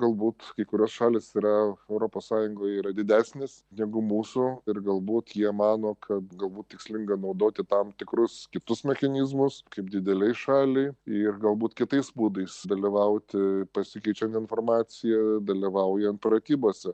galbūt kai kurios šalys yra europos sąjungoj yra didesnės negu mūsų ir galbūt jie mano kad galbūt tikslinga naudoti tam tikrus kitus mechanizmus kaip dideliai šaliai ir galbūt kitais būdais dalyvauti pasikeičiant informaciją dalyvaujan pratybose